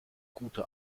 gute